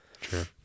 Sure